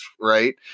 Right